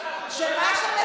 למה בוועדה